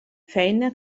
feina